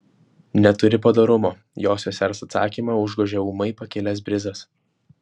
neturi padorumo jo sesers atsakymą užgožė ūmai pakilęs brizas